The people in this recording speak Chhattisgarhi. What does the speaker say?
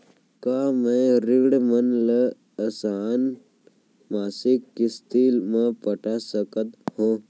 का मैं ऋण मन ल आसान मासिक किस्ती म पटा सकत हो?